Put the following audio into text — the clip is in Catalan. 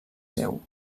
seu